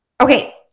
Okay